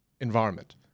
environment